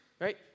right